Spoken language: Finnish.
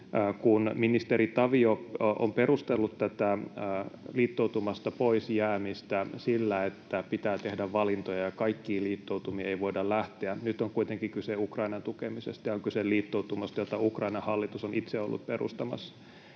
Kun ministeri Tavio on perustellut tätä liittoutumasta pois jäämistä sillä, että pitää tehdä valintoja ja kaikkiin liittoutumiin ei voida lähteä, niin nyt on kuitenkin kyse Ukrainan tukemisesta ja on kyse liittoutumasta, jota Ukrainan hallitus on itse ollut perustamassa.